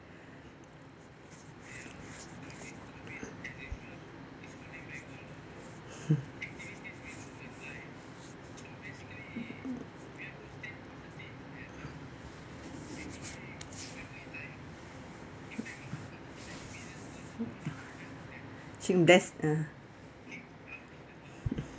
uh